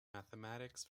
mathematics